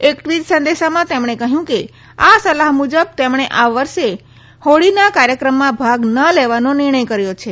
એક ટ્વીટ સંદેશામાં તેમણે કહ્યું કે આ સલાહ મુજબ તેમણે આ વર્ષે હોબીના કાર્યક્રમમાં ભાગ ન લેવાનો નિર્ણય કર્યો છે